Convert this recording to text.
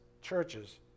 churches